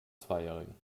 zweijährigen